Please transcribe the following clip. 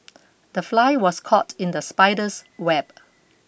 the fly was caught in the spider's web